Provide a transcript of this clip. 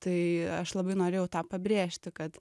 tai aš labai norėjau tą pabrėžti kad